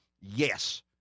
Yes